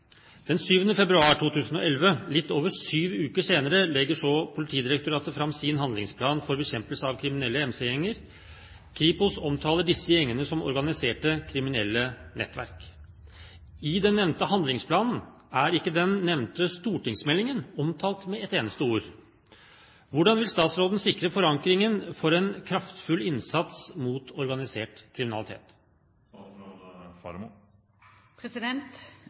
7. februar 2011, litt over syv uker senere, legger Politidirektoratet fram sin handlingsplan for bekjempelse av kriminelle MC-gjenger. Kripos omtaler disse gjengene som organiserte, kriminelle nettverk. I handlingsplanen er ikke den nevnte stortingsmeldingen omtalt med ett eneste ord. Hvordan vil statsråden sikre forankringen for en kraftfull innsats mot organisert kriminalitet?»